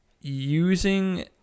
using